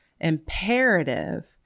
imperative